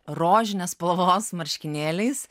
rožinės spalvos marškinėliais